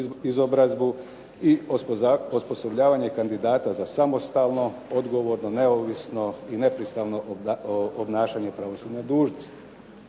i osposobljavanje kandidata za samostalno, odgovorno, neovisno i nepristrano obnašanje pravosudne dužnosti.